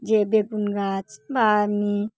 যে বেগুন গাছ বা এমনি